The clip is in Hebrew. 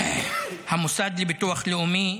המוסד לביטוח לאומי,